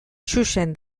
xuxen